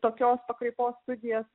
tokios pakraipos studijas